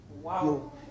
Wow